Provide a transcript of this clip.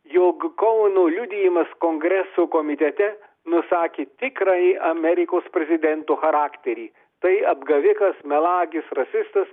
jog koeno liudijimas kongreso komitete nusakė tikrąjį amerikos prezidento charakterį tai apgavikas melagis rasistas